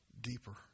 deeper